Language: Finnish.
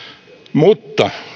mutta